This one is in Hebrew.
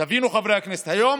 תבינו, חברי הכנסת, היום